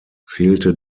fehlte